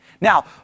Now